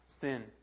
sin